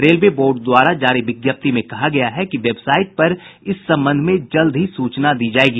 railway board द्वारा जारी विज्ञप्ति में कहा गया है कि वेबसाइट पर इस संबंध में जल्द ही सूचना दी जायेगी